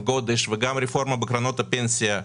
הגודש וגם הרפורמה בקרנות הפנסיה.